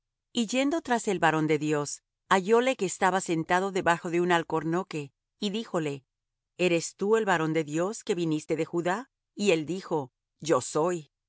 y yendo tras el varón de dios hallóle que estaba sentado debajo de un alcornoque y díjole eres tú el varón de dios que viniste de judá y él dijo yo soy díjole